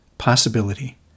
Possibility